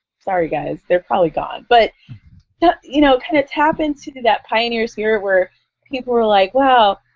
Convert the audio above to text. sorry guys, they're probably gone. but yeah you know kind of tap into that pioneer spirit where people were like, wow,